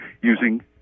using